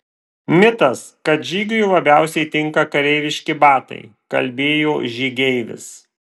mitas kad žygiui labiausiai tinka kareiviški batai kalbėjo žygeivis